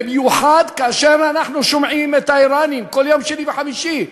במיוחד כאשר אנחנו שומעים את האיראנים כל יום שני וחמישי,